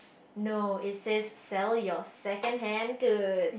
no it says sell your second hand good